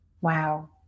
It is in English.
Wow